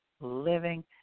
living